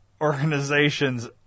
organization's